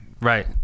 right